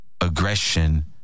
aggression